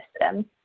system